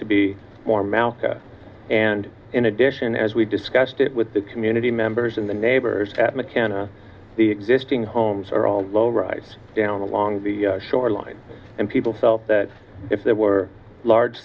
to be more mouth and in addition as we've discussed it with the community members in the neighbors that mckenna the existing homes are all low rise down along the shore line and people felt that if there were large